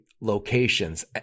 locations